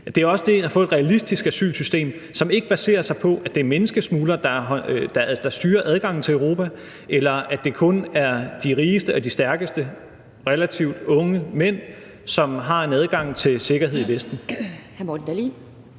Det er jo også det at få et realistisk asylsystem, som ikke baserer sig på, at det er menneskesmuglere, der styrer adgangen til Europa, eller at det kun er de rigeste og de stærkeste relativt unge mænd, som har en adgang til sikkerhed i Vesten.